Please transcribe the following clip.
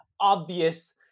obvious